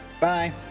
Bye